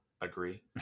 agree